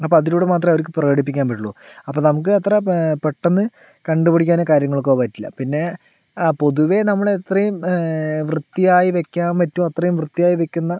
അപ്പോൾ അതിലൂടെ മാത്രമേ അവർക്ക് പ്രകടിപ്പിക്കാൻ പറ്റുള്ളൂ അപ്പോൾ നമുക്ക് അത്ര പെട്ടന്ന് കണ്ടുപിടിക്കാനോ കാര്യങ്ങൾക്കോ പറ്റില്ല പിന്നെ പൊതുവേ നമ്മള് ഇത്രയും വൃത്തിയായി വെക്കാൻ പറ്റുവോ അത്രയും വൃത്തിയായി വെക്കുന്ന